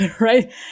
right